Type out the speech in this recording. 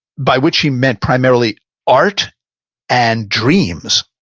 by which he meant primarily art and dreams,